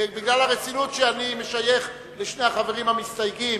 בגלל הרצינות שאני מייחס לשני החברים המסתייגים,